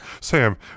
Sam